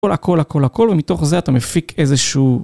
הכל הכל הכל, ומתוך זה אתה מפיק איזשהו...